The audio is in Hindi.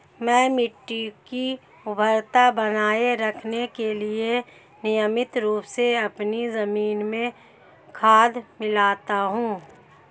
मैं मिट्टी की उर्वरता बनाए रखने के लिए नियमित रूप से अपनी जमीन में खाद मिलाता हूं